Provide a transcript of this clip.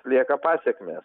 lieka pasekmės